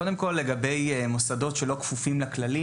קודם כל לגבי מוסדות שלא כפופים לכללים.